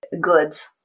goods